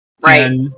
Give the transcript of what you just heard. Right